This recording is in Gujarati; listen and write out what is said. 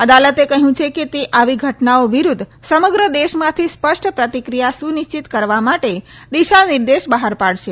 અદાલતે કહ્યું છે કે તે આવી ઘટનાઓ વિરૂધ્ધ સમગ્ર દેશમાંથી સ્પષ્ટ પ્રતિક્રિયા સુનિશ્ચિત કરવા માટે દિશા નિર્દેશ બહાર પાડશે